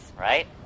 right